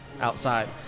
outside